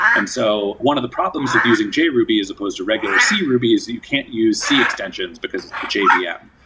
and so one of the problems of using jruby as opposed to regular c ruby is that you can't use c extensions, because of the jvm. yeah